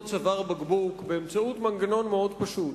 צוואר בקבוק באמצעות מנגנון מאוד פשוט,